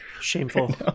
Shameful